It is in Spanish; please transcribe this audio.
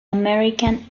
american